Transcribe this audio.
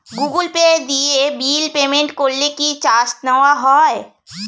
Google Pay দিয়ে bill payment করলে কি চার্জ নেওয়া হয়?